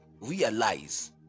realize